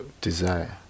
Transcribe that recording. desire